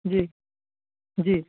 जी जी